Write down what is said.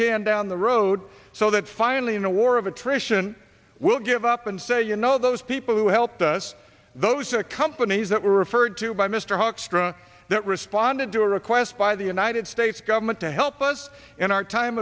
can down the road so that finally in a war of attrition we'll give up and say you know those people who helped us those are the companies that were referred to by mr hoekstra that responded to a request by the united states government to help us in our time